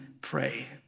pray